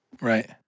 Right